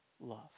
love